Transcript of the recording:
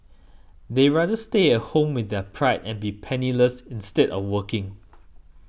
they rather stay at home with their pride and be penniless instead of working